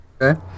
Okay